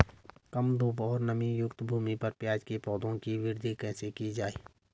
कम धूप और नमीयुक्त भूमि पर प्याज़ के पौधों की वृद्धि कैसे की जाए?